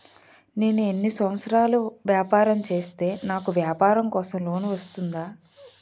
నేను ఎన్ని సంవత్సరాలు వ్యాపారం చేస్తే నాకు వ్యాపారం కోసం లోన్ వస్తుంది?